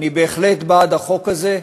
אני בהחלט בעד החוק הזה.